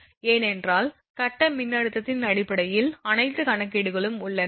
ஏனென்றால் கட்ட மின்னழுத்தத்தின் அடிப்படையில் அனைத்து கணக்கீடுகளும் உள்ளன